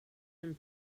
and